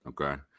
Okay